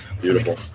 Beautiful